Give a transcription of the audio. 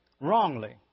wrongly